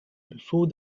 before